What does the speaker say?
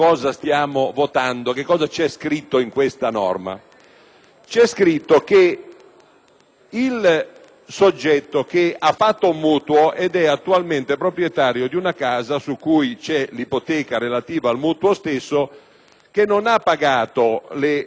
al soggetto che ha fatto un mutuo ed è attualmente proprietario di una casa su cui vi è l'ipoteca relativa allo stesso mutuo, che non ha pagato le rate e ha la casa sottoposta a procedura esecutiva immobiliare o concorsuale.